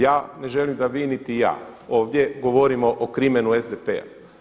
Ja ne želim da vi niti ja, ovdje govorimo o krimenu SDP-a.